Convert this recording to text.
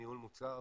ניהול מוצר,